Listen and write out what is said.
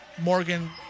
Morgan